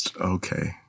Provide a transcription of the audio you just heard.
okay